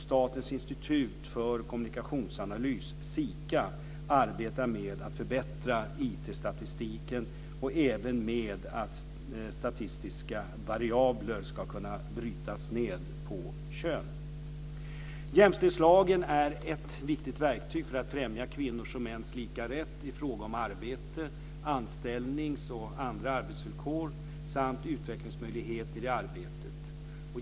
Statens institut för kommunikationsanalys, SIKA, arbetar med att förbättra IT-statistiken och även med att statistiska variabler ska kunna brytas ned på kön. Jämställdhetslagen är ett viktigt verktyg för att främja kvinnors och mäns lika rätt i fråga om arbete, anställnings och andra arbetsvillkor samt utvecklingsmöjligheter i arbetet.